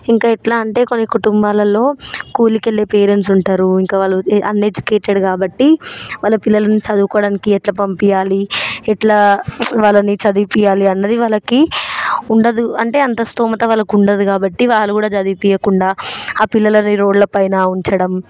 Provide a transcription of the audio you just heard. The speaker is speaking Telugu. ఇంకా ఎట్లా అంటే కొన్ని కుటుంబాలలో కూలికి వెళ్లే పేరెంట్స్ ఉంటారు ఇంకా వాళ్ళు అన్ఎడ్యుకేటెడ్ కాబట్టి వాళ్ళ పిల్లలను చదువుకోడానికి ఎట్ల పంపియ్యాలి ఎట్లా వాళ్లని చదివిపియ్యాలి అన్నది వాళ్ళకి ఉండదు అంటే అంత స్తోమత వాళ్ళకి ఉండదు కాబట్టి వాళ్లు కూడా చదివిపీయకుండా ఆ పిల్లలని రోడ్ల పైన ఉంచడం